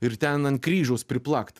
ir ten ant kryžiaus priplakt